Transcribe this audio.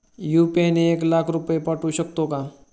UPI ने एक लाख रुपये पाठवू शकतो का?